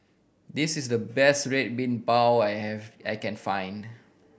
this is the best Red Bean Bao I have I can find